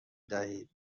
دهید